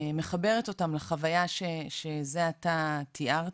מחברת אותם לחוויה שזה אתה תיארתי.